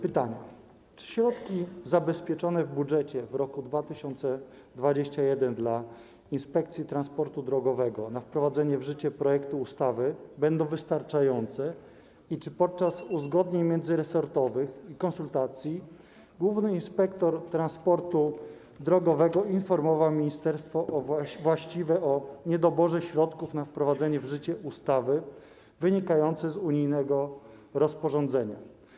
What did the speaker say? Pytanie: Czy środki zabezpieczone w budżecie w roku 2021 dla Inspekcji Transportu Drogowego na wprowadzenie w życie projektu ustawy będą wystarczające i czy podczas uzgodnień międzyresortowych i konsultacji główny inspektor transportu drogowego informował właściwe ministerstwo o niedoborze środków na wprowadzenie w życie ustawy wynikającej z unijnego rozporządzenia?